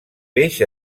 peix